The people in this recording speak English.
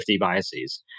biases